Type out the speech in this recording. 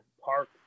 park